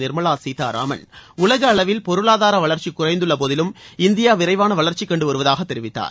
நிர்மலா சீத்தாராமன் உலக அளவில் பொருளாதார வளர்ச்சி குறைந்துள்ள போதிலும் இந்தியா விரரவாள வளர்ச்சி கண்டுவருவதாக தெரிவித்தார்